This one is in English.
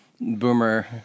Boomer